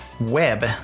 web